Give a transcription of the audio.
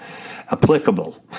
applicable